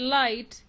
light